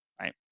right